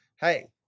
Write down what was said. hey